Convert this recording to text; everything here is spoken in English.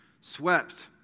swept